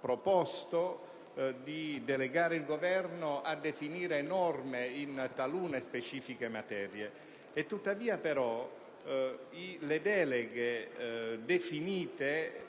proposto di delegare il Governo a definire norme in talune specifiche materie e tuttavia le deleghe definite